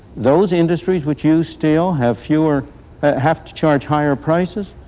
those industries which use steel have fewer have to charge higher prices,